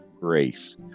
grace